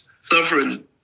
sovereign